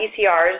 ECRs